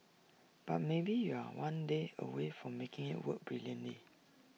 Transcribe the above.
but maybe you're one day away from making IT work brilliantly